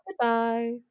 Goodbye